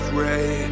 ray